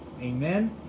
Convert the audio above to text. Amen